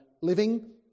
living